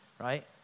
Right